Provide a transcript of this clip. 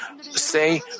say